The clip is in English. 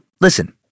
listen